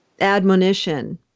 admonition